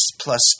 plus